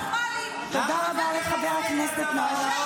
מתקשר למשטרה --- תגיד: אני נורמלי.